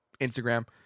Instagram